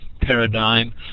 paradigm